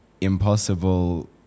impossible